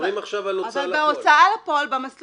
מדברים עכשיו על ההוצאה לפועל.